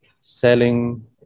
selling